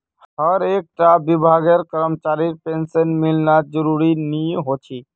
हर एक टा विभागेर करमचरीर पेंशन मिलना ज़रूरी नि होछे